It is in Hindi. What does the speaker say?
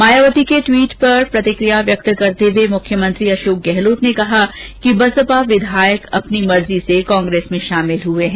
मायावती के ट्वीट पर प्रतिकिया व्यक्त करते हुए मुख्यमंत्री अशोक गहलोत ने कहा कि बसपा विधायक अपनी मर्जी से कांग्रेस में शामिल हुए हैं